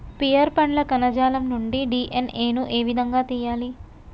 Pear పండ్ల కణజాలం నుండి డి.ఎన్.ఎ ను ఏ విధంగా తియ్యాలి?